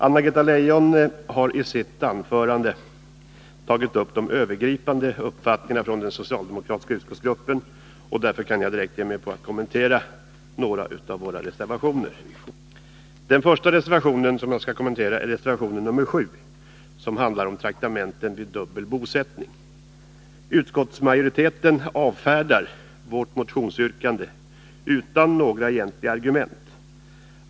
Anna-Greta Leijon har i sitt anförande tagit upp de övergripande uppfattningarna från den socialdemokratiska utskottsgruppen, och därför kan jag direkt ge mig på att kommentera några av våra reservationer. Den första reservation som jag skall kommentera är reservation nr 7, som handlar om traktamenten vid dubbel bosättning. Utskottsmajoriteten avfärdar vårt motionsyrkande utan några egentliga argument.